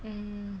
um